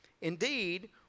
Indeed